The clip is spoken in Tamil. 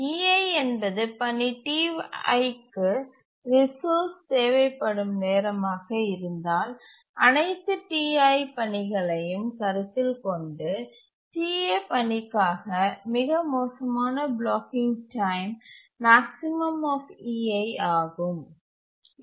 ei என்பது பணி Ti க்கு ரிசோர்ஸ் தேவைப்படும் நேரமாக இருந்தால் அனைத்து Ti பணிகளையும் கருத்தில் கொண்டு Ta பணிக்கான மிக மோசமான பிளாக்கிங் டைம் ஆகும்